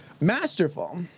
masterful